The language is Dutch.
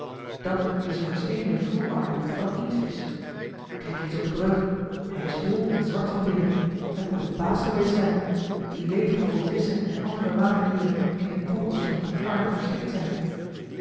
dat is een versteende voelarm van een inkt visch kijk eens op de breuk hij is hol en zwart van binnen het moet een baas geweest zijn wie weet hoeveel visschen en andere waterdieren in de kronkels van dien arm verstikt zijn